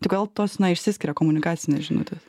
tai kodėl tos na išsiskiria komunikacinės žinutės